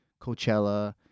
Coachella